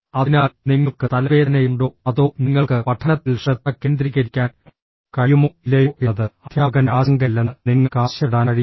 അതിനാൽ നിങ്ങൾക്ക് തലവേദനയുണ്ടോ അതോ നിങ്ങൾക്ക് പഠനത്തിൽ ശ്രദ്ധ കേന്ദ്രീകരിക്കാൻ കഴിയുമോ ഇല്ലയോ എന്നത് അധ്യാപകന്റെ ആശങ്കയല്ലെന്ന് നിങ്ങൾക്ക് ആവശ്യപ്പെടാൻ കഴിയില്ല